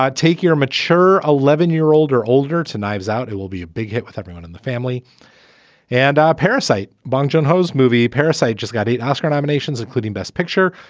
take your mature eleven year old or older two knives out. it will be a big hit with everyone in the family and a parasite. bong jin ho's movie parasyte just got eight oscar nominations, including best picture.